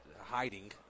hiding